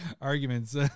arguments